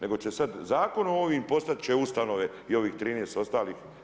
Nego će sad Zakon o ovim postat će ustanove i ovih 13 ostalih.